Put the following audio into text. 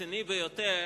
רציני ביותר